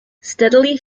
steadily